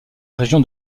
région